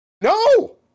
No